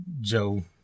Joe